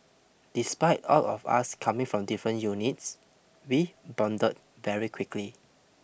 despite all of us coming from different units we bonded very quickly